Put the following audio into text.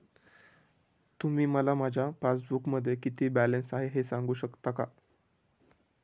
तुम्ही मला माझ्या पासबूकमध्ये किती बॅलन्स आहे हे सांगू शकता का?